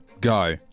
go